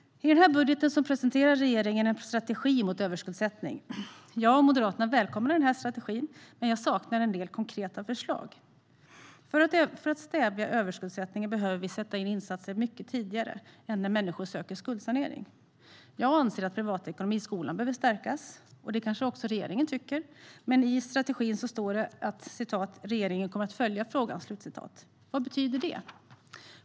I budgeten presenterar regeringen en strategi mot överskuldsättning. Jag och Moderaterna välkomnar strategin, men jag saknar fler konkreta förslag. För att stävja överskuldsättningen behöver vi sätta in insatser mycket tidigare än när människor söker skuldsanering. Jag anser att undervisningen i privatekonomi i skolan behöver stärkas. Det tycker regeringen kanske också, men i strategin står det att "regeringen kommer att följa frågan". Vad betyder det?